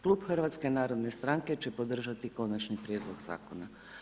Klub HNS će podržati konačni prijedlog zakona.